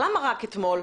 למה רק אתמול?